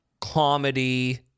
comedy